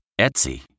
Etsy